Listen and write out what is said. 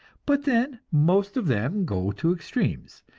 but then most of them go to extremes,